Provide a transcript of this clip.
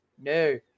no